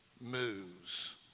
moves